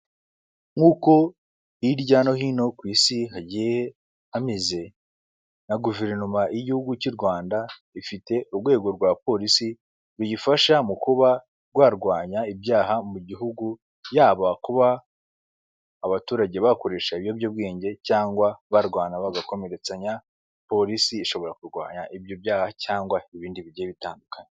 Nk'uko hirya no hino ku isi hagiye hameze na guverinoma y'igihugu cy'u Rwanda ifite urwego rwa polisi ruyifasha mu kuba rwarwanya ibyaha mu gihugu, yaba kuba abaturage bakoresha ibiyobyabwenge cyangwa barwana bagakomeretsanya, polisi ishobora kurwanya ibyo byaha cyangwa ibindi bigiye bitandukanye.